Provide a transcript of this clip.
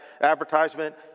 advertisement